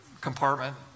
compartment